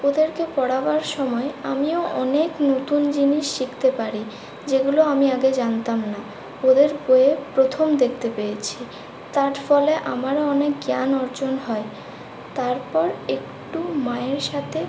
ওদেরকে পড়াবার সময় আমিও অনেক নতুন জিনিস শিখতে পারি যেগুলো আমি আগে জানতাম না ওদের বইয়ে প্রথম দেখতে পেয়েছি তার ফলে আমারও অনেক জ্ঞান অর্জন হয় তারপর একটু মায়ের সাথে